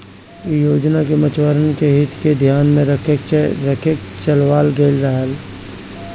इ योजना के मछुआरन के हित के धियान में रख के चलावल गईल रहे